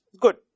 Good